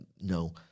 no